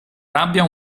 rabbia